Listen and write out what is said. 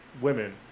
women